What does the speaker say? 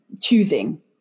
choosing